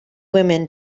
women